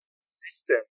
system